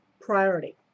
priority